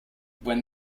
when